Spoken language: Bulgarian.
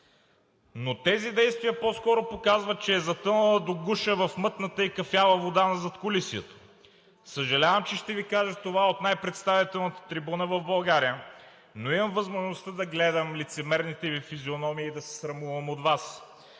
но тези действия по-скоро показват, че е затънала до гуша в мътната и кафява вода на задкулисието. Съжалявам, че ще Ви кажа това от най-представителната трибуна в България, но имам възможността да гледам лицемерните Ви физиономии и да се срамувам от Вас.